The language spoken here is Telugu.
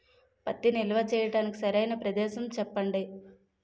పత్తి నిల్వ చేయటానికి సరైన ప్రదేశం చెప్పండి?